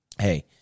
Hey